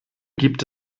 gibt